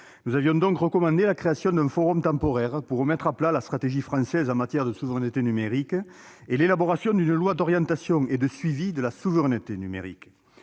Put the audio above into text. Nous avions donc recommandé la création d'un forum temporaire pour remettre à plat la stratégie française en matière de souveraineté numérique, et l'élaboration d'une loi d'orientation et de suivi de la souveraineté numérique.